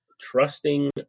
trusting